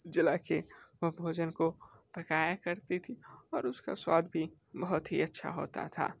जला के वो भोजन को पकाया करती थी और उस का स्वाद भी बहुत ही अच्छा होता था